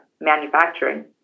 manufacturing